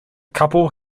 couple